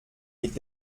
mit